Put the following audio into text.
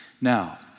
Now